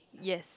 yes